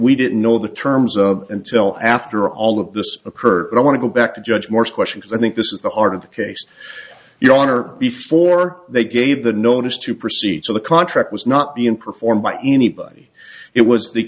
we didn't know the terms of until after all of this occurred i want to go back to judge moore squash because i think this is the heart of the case your honor before they gave the notice to proceed so the contract was not being performed by anybody it was the